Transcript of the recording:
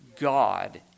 God